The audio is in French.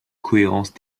cohérence